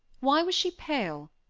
why was she pale?